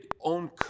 own